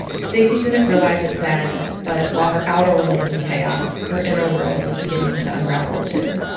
stacie didn't realize it then, but while her outer world was in chaos, her inner world was beginning to unravel, too